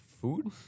food